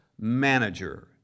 manager